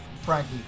frankie